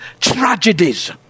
tragedies